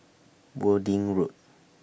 Wording Road